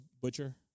butcher